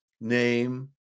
name